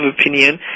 opinion